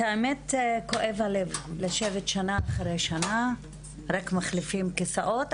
האמת היא שכואב הלב לשבת שנה אחרי שנה; רק מחליפים כיסאות,